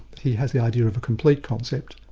he has the idea of a complete concept,